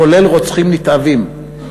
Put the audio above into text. כולל רוצחים נתעבים.